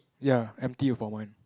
ya empty err for mine